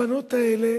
הבנות האלה